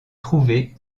trouvés